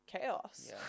chaos